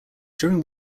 during